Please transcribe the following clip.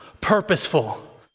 purposeful